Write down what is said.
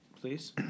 please